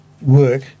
work